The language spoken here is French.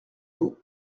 vous